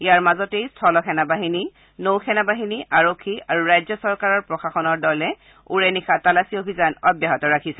ইয়াৰ মাজতে স্থল সেনা বাহিনী নৌ সেনা বাহিনী আৰক্ষী আৰু ৰাজ্য চৰকাৰৰ প্ৰশাসনৰ দলে ওৰে নিশা তালাচী অভিযান অব্যাহত ৰাখে